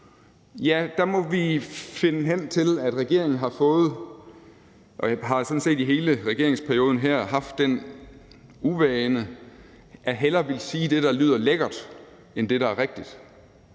Ja, der må vi finde hen til, at regeringen har fået og sådan set i hele regeringsperioden her har haft den uvane hellere at ville sige det, der lyder lækkert, end det, der er rigtigt.